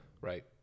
Right